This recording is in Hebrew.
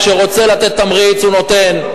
כשהוא רוצה לתת תמריץ הוא נותן,